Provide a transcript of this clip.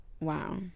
Wow